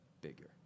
bigger